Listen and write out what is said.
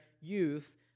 youth